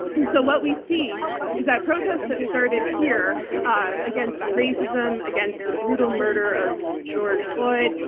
and so what we see is that protests that started here ah against racism, against the brutal murder of george floyd,